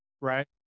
right